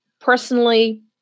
personally